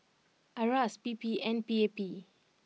Iras P P and P A P